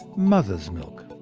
mother's milk.